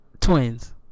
Twins